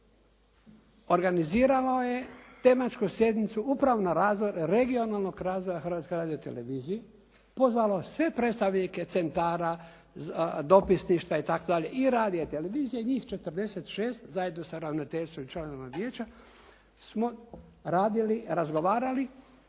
Organiziralo je tematsku sjednicu upravo na razlog regionalnog razvoja Hrvatske radiotelevizije, pozvalo sve predstavnike centara, dopisništva itd. i radija i televizije, njih 46 zajedno sa ravnateljstvom i članovima vijeća smo radili i razgovarali